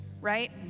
right